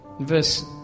verse